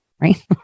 right